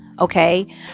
Okay